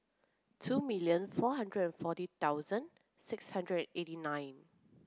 two million four hundred forty thousand six hundred eighty nine